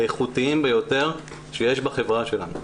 האיכותיים ביותר שיש בחברה שלנו.